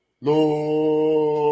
Lord